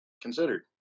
Considered